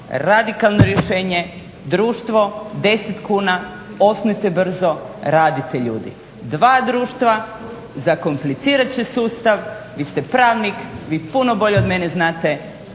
radikalno rješenje društvo 10 kuna, osnujte brzo, radite ljudi. Dva društva zakomplicirat će sustav. Vi ste pravnik, vi puno bolje od mene znate